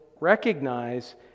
recognize